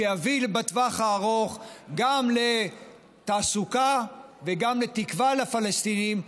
שיביא בטווח הארוך גם תעסוקה וגם תקווה לפלסטינים,